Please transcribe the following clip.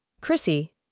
Chrissy